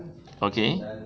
okay